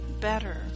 better